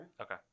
Okay